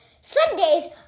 Sundays